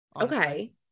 Okay